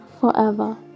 forever